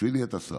בשבילי אתה שר,